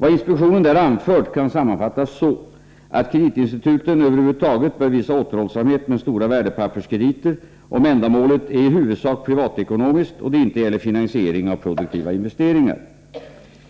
Vad inspektionen där anfört kan sammanfattas så, att kreditinstituten över huvud taget bör visa återhållsamhet med stora värdepapperskrediter om ändamålet är i huvudsak privatekonomiskt och det inte gäller finansiering av produktiva investeringar.